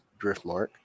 driftmark